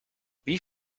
wie